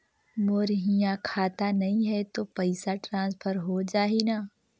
मोर इहां खाता नहीं है तो पइसा ट्रांसफर हो जाही न?